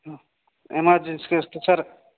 ହଁ ଏମାର୍ଜିନସ୍ କେଶ୍ଟା ସାର୍